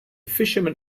fishermen